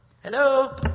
Hello